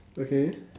okay